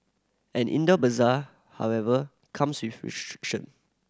an indoor bazaar however comes with